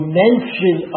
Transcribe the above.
mention